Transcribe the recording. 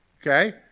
okay